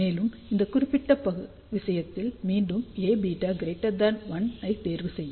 மேலும் இந்தக் குறிப்பிட்ட விஷயத்தில் மீண்டும் Aβ1 ஐ தேர்வுசெய்யவும்